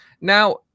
now